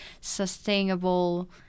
sustainable